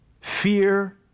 Fear